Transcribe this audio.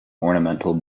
ornamental